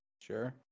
sure